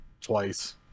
Twice